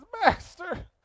Master